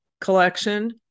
collection